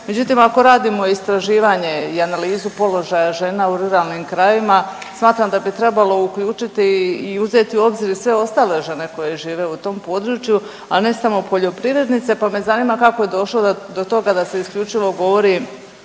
Međutim ako radimo istraživanje i analizu položaja žena u ruralnim krajevima smatram da bi trebalo uključiti i uzeti u obzir i sve ostale žene koje žive u tom području, a ne samo poljoprivrednice, pa me zanima kako je došlo do toga da se isključivo govori